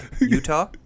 Utah